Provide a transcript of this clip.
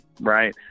right